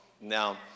Now